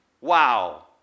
Wow